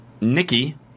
Nikki